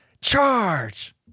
Charge